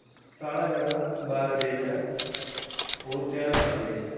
साढ़ा जेह्ड़ा भारत देश ऐ ओह् ध्यारें दा देश ऐ